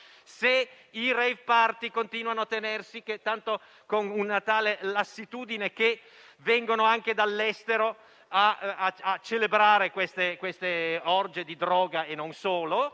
i *rave party* continuano a tenersi con una tale lassitudine che vengono anche dall'estero a celebrare queste orge di droga e non solo,